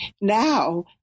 Now